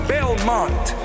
Belmont